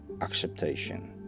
acceptation